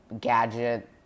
gadget